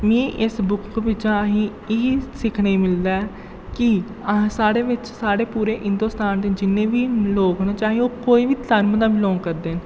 मी इस बुक बिच्चा असें गी इ'यै सिक्खने गी मिलदा ऐ कि असें साढ़े बिच्च साढ़े पूरे हिन्दुस्तान दे जिन्ने बी लोक न चाहे ओह् कोई बी धर्म दा बिलांग करदे न